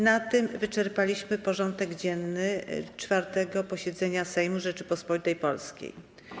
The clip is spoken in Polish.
Na tym wyczerpaliśmy porządek dzienny 4. posiedzenia Sejmu Rzeczypospolitej Polskiej.